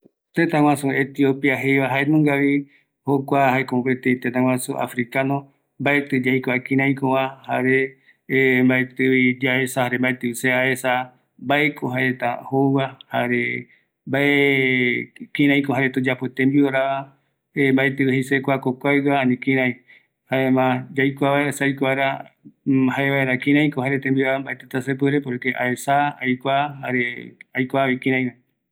Etiopia jaeesagua africano, mbaetɨvi aikua kïraïrako jaereta jembiu, jare jaevaera añete rupi aikuambae, oïmeko aipo jaereta jembiu omboetegue, ikavigue supereta, jare jukurai oesauka reta tembiu ikavigue rämi